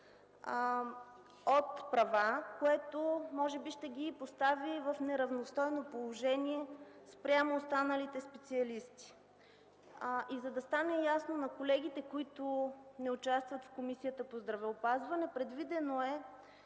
от права, което може би ще ги постави в неравностойно положение спрямо останалите специалисти. И за да стене ясно на колегите, които не участват в Комисията по здравеопазване, с предвидената